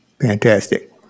Fantastic